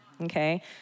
okay